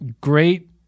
great